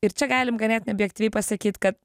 ir čia galim ganėtinai objektyviai pasakyt kad